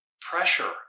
Pressure